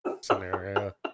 scenario